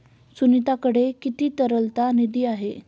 सुनीताकडे किती तरलता निधी आहे?